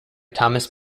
thomas